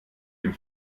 dem